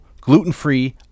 gluten-free